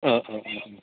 अ अ अ